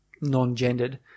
non-gendered